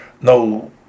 no